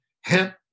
hemp